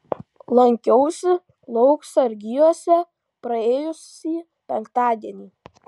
lankiausi lauksargiuose praėjusį penktadienį